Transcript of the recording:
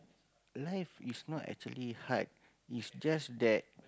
life is not actually hard is just that